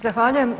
Zahvaljujem.